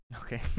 Okay